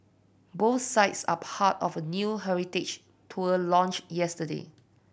both sites are part of a new heritage tour launched yesterday